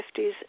50s